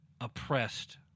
oppressed